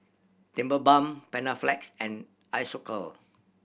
Tigerbalm Panaflex and Isocal